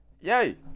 Yay